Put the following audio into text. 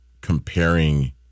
comparing